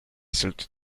should